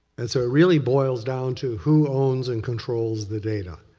and so it really boils down to who owns and controls the data?